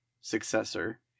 successor